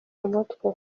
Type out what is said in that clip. umutwe